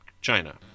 China